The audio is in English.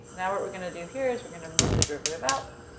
now what we're gonna do here is we're going to move the derivative out.